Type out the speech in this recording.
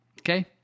Okay